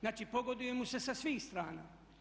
Znači pogoduje mu se sa svih strana.